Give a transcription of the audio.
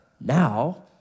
Now